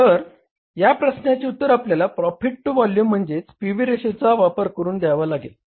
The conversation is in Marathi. तर या प्रश्नाचे उत्तर आपल्याला प्रॉफिट टू व्हॉल्युम म्हणजेच पी व्ही रेशोचा वापर करून द्यावा लागेल